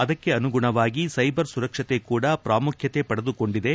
ಅದಕ್ಕೆ ಅನುಗುಣವಾಗಿ ಸೈಬರ್ ಸುರಕ್ಷತೆ ಕೂಡ ಪ್ರಾಮುಖ್ಯತೆ ಪಡೆದುಕೊಂಡಿದೆ